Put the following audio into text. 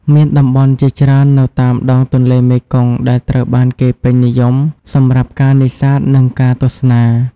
មានតំបន់ជាច្រើននៅតាមដងទន្លេមេគង្គដែលត្រូវបានគេពេញនិយមសម្រាប់ការនេសាទ និងការទស្សនា។